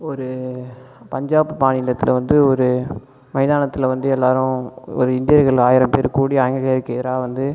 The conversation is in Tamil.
ஒரு பஞ்சாப் மாநிலத்தில் வந்து ஒரு மைதானத்தில் வந்து எல்லோரும் ஒரு இந்தியர்கள் ஆயிரம் பேரு கூடி ஆங்கிலேயர்களுக்கு எதிராக வந்து